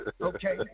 Okay